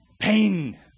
Pain